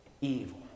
evil